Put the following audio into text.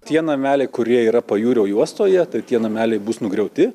tie nameliai kurie yra pajūrio juostoje tai tie nameliai bus nugriauti